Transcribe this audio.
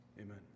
Amen